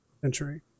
century